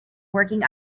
working